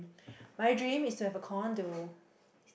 my dream is to have a condo